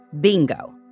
Bingo